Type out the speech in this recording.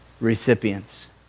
recipients